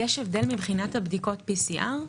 יש הבדל מבחינת בדיקות ה-PCR?